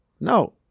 No